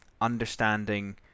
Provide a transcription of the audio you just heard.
understanding